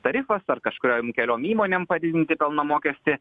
tarifas ar kažkuriom keliom įmonėm padidinti pelno mokestį